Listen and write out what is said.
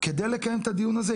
כדי לקיים את הדיון הזה,